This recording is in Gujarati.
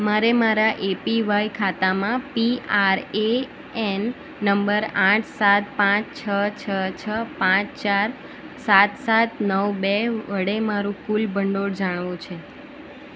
મારે મારા એપીવાય ખાતામાં પીઆરએએન નંબર આઠ સાત પાંચ છ છ છ પાંચ ચાર સાત સાત નવ બે વડે મારું કુલ ભંડોળ જાણવું છે